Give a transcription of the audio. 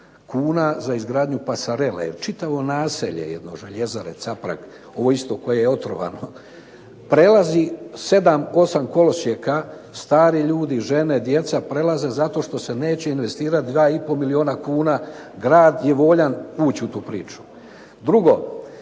kuna za izgradnju pasarele. Čitavo naselje jedno željezare Caprag ovo isto koje je otrovano prelazi sedam, osam kolosijeka stari ljudi, žene, djeca prelaze zato što se neće investirati 2,5 milijuna kuna. Grad je voljan ući u tu priču. Drugo,